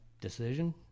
decision